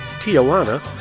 Tijuana